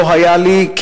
לא היה לי,